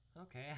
Okay